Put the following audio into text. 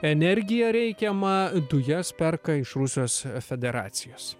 energija reikiamą dujas perka iš rusijos federacijos